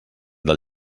del